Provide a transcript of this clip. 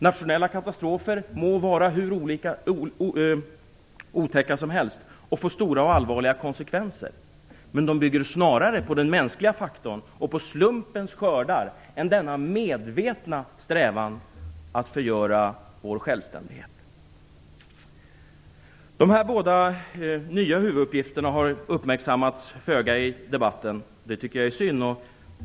Nationella katastrofer må vara hur otäcka som helst och få stora och allvarliga konsekvenser, men de bygger snarare på den mänskliga faktorn och på slumpens skördar än denna medvetna strävan att förgöra vår självständighet. Dessa båda nya huvuduppgifter har föga uppmärksammats i debatten, vilket jag tycker är synd.